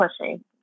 pushing